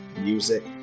music